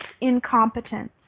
incompetence